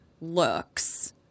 looks